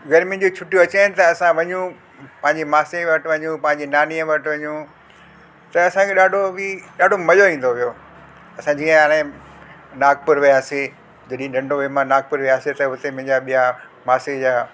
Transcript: गर्मीयुनि जी छुट्टियूं अची आहिनि त असां वञूं पंहिंजी मासी जे वठ वञूं पंहिंजी नानी ये वठ वञूं त असांखे ॾाढो बि ॾाढो मजो ईंदो हुयो असां जीअं हाणे नागपुर वया से जॾी नंढो हुयमि मां नागपुर वियासीं त हुते मुंहिंजा ॿिया मासी जा